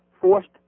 Forced